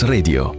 Radio